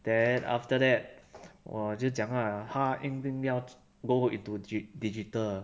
then after that 我就讲 lah 他硬硬要 q~ go into gidi~ digital